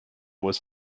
was